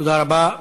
תודה רבה.